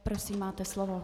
Prosím, máte slovo.